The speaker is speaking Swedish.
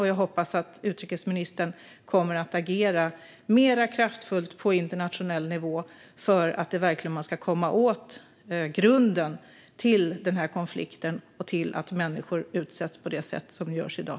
Och jag hoppas att utrikesministern kommer att agera mer kraftfullt på internationell nivå för att man verkligen ska komma åt grunden till den här konflikten och att människor utsätts på det sätt som de gör i dag.